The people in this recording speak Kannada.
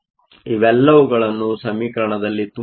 ಇವೆಲ್ಲವುಗಳನ್ನು ಸಮೀಕರಣದಲ್ಲಿ ತುಂಬಬೇಕು